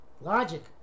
logic